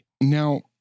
Now